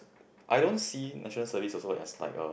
I don't see National Service also as like a